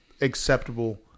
acceptable